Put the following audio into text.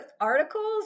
articles